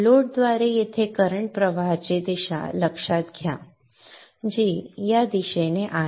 लोडद्वारे येथे करंट प्रवाहाची डायरेक्शन लक्षात घ्या जी या डायरेक्शन ने आहे